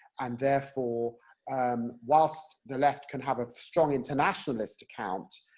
and therefore um whilst the left can have a strong internationalist account,